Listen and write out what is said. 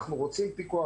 אנחנו רוצים פיקוח,